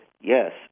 yes